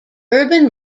urban